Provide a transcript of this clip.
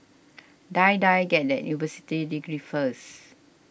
Die Die get that university degree first